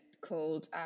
called